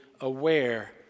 aware